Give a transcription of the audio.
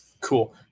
Cool